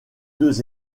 deux